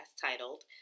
titled